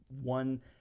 one